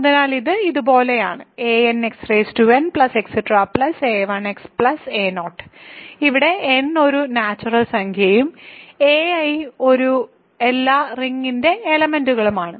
അതിനാൽ ഇത് ഇതുപോലെയാണ് anxn a1x a0 ഇവിടെ n ഒരു നാച്ചുറൽ സംഖ്യയും ai ഉം എല്ലാം റിങ്ങിന്റെ എലെമെന്റുകളാണ്